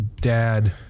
dad